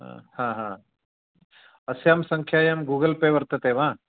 हा हा अस्यां सङ्ख्यायाम् गूगल् पे वर्तते वा